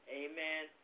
amen